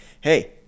hey